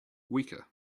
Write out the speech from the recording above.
weaker